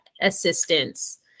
assistance